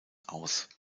aus